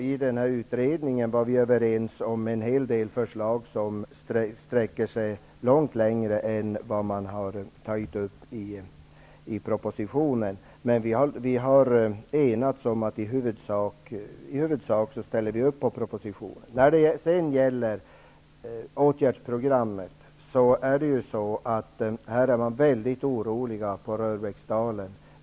I utredningen var vi överens om förslag som sträcker sig längre än vad som har tagits upp i propositionen. Vi har enats om att vi i huvudsak ställer upp på propositionen. På Röbäcksdalen är man mycket orolig när det gäller borttagandet av åtgärdsprogrammet.